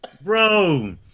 Bro